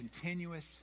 continuous